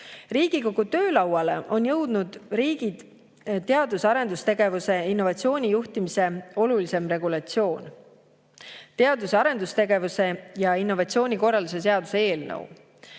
Riigikogu töölauale on jõudnud riigi teadus- ja arendustegevuse ning innovatsiooni juhtimise olulisim regulatsioon: teadus- ja arendustegevuse ning innovatsiooni korralduse seaduse eelnõu.